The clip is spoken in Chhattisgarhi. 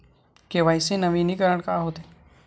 के.वाई.सी नवीनीकरण का होथे?